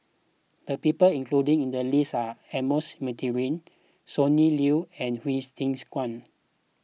the people included in the list are Ernest Monteiro Sonny Liew and Hsu Tse Kwang